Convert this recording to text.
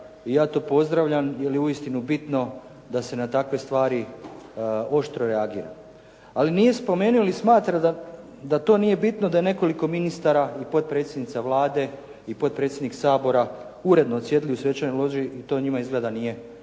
i ja to pozdravljam jer je uistinu bitno da se na takve stvari oštro reagira. Ali nije spomenuo ili smatra da to nije bitno da nekoliko ministara i potpredsjednica Vlade i potpredsjednik Sabora uredno odsjedili u svečanoj loži i to njima izgleda nije smetalo.